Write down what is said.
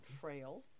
frail